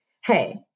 hey